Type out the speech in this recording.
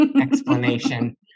explanation